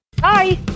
Bye